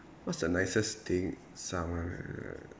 what's the nicest thing someone